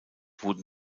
wurden